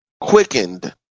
Quickened